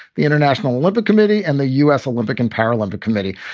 the international olympic committee and the u s. olympic and paralympic committee.